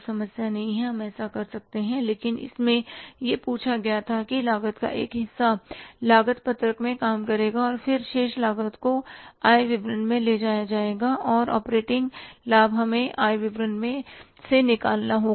कोई समस्या नहीं है हम ऐसा कर सकते हैं लेकिन इसमें यह पूछा गया था कि लागत का एक हिस्सा लागत पत्रक में काम करेगा और फिर शेष लागत को आय विवरण में ले जाया जाएगा और ऑपरेटिंग लाभ हमें आय विवरण मैं निकालना होगा